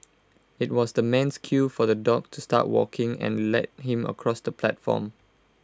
IT was the man's cue for the dog to start walking and lead him across the platform